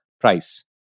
price